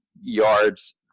yards